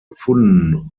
gefunden